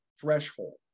threshold